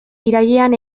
irailean